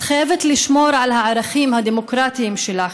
את חייבת לשמור על הערכים הדמוקרטיים שלך,